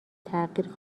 تغییر